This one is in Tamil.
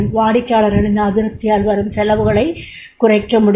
வாடிக்கையாளர்களின் அதிருப்தியால் வரும் செலவுகளைக் குறைக்க முடியும்